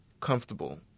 Comfortable